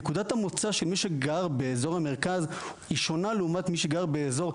נקודת המוצא של מי שגר באזור המרכז היא שונה לעומת מי שגר באזור,